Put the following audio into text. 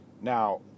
Now